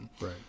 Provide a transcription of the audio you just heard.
Right